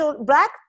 black